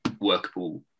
workable